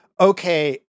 okay